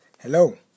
Hello